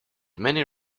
many